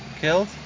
killed